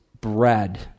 bread